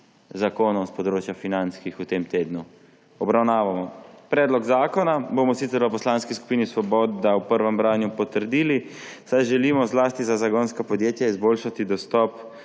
zakonov s področja financ, ki jih v tem tednu obravnavamo. Predlog zakona bomo sicer v Poslanski skupini Svoboda v prvem branju potrdili, saj želimo zlasti za zagonska podjetja izboljšati dostop